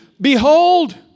Behold